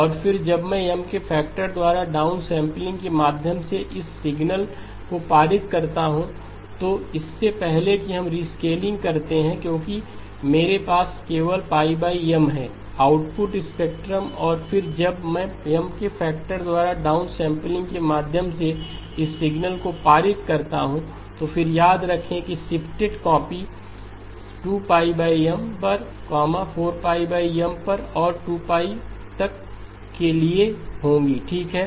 और फिर जब मैं M के फैक्टर द्वारा डाउनसैंपलिंगके माध्यम से इस सिग्नल को पारित करता हूं तो इससे पहले कि हम rescaling करते हैं क्योंकि मेरे पास केवल π M हैआउटपुट स्पेक्ट्रम और फिर जब मैं M के फैक्टर द्वारा डाउनसैंपलिंग के माध्यम से इस सिग्नल को पारित करता हूं तो फिर याद रखें कि शिफ्टेड कॉपी 2π M पर 4 M पर और 2 π तक के लिए होंगी ठीक है